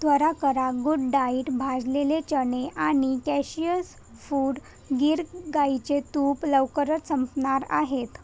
त्वरा करा good diet भाजलेले चणे आणि कॅशियस फूड गीर गाईचे तूप लवकरच संपणार आहेत